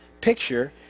picture